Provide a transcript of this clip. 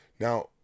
Now